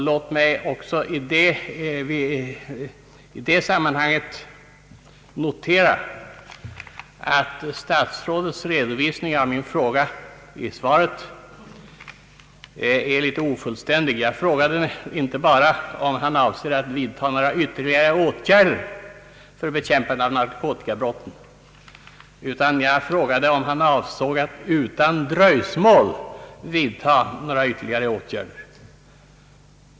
Låt mig också i detta sammanhang notera att statsrådets redovisning av min fråga är litet ofullständig. Jag frågade inte bara om han avser att vidta några vtterligare åtgärder för bekämpande av narkotikabrotten, utan jag frågade om han avsåg att utan dröjsmål vidta några ytterligare åtgärder.